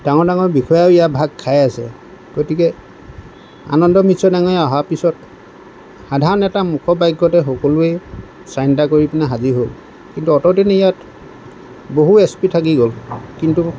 ডাঙৰ ডাঙৰ বিষয়াই ইয়াৰ ভাগ খাই আছে গতিকে আনন্দ মিশ্ৰ ডাঙৰীয়া অহাৰ পিছত সাধাৰণ এটা মুখৰ বাক্যতে সকলোৱেই চাৰিণ্ডাৰ কৰি পেনি হাজিৰ হ'ল কিন্তু অতদিনে ইয়াত বহুত এচ পি থাকি গ'ল কিন্তু